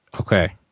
Okay